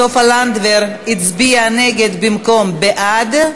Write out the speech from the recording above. סופה לנדבר הצביעה נגד במקום בעד,